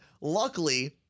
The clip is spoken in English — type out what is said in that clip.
luckily